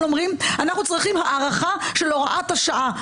אומרים שאנחנו צריכים הארכה של הוראת השעה.